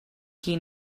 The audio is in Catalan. qui